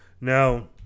Now